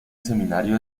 seminario